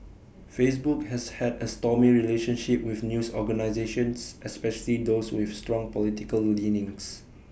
Facebook has had A stormy relationship with news organisations especially those with strong political leanings